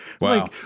Wow